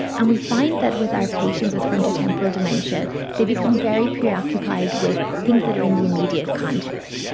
and we find that with our patients with frontotemporal dementia they become very preoccupied with things that are in the immediate context.